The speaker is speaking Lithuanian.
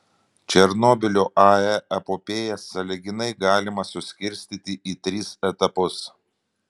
černobylio ae epopėją sąlyginai galima suskirstyti į tris etapus